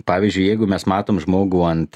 pavyzdžiui jeigu mes matom žmogų ant